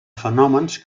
fenòmens